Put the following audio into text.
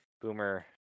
Boomer